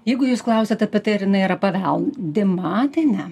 jeigu jūs klausiat apie tai ar jinai yra paveldima tai ne